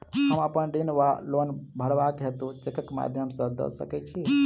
हम अप्पन ऋण वा लोन भरबाक हेतु चेकक माध्यम सँ दऽ सकै छी?